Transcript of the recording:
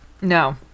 no